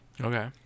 Okay